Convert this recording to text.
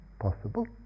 possible